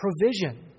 provision